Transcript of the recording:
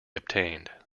obtained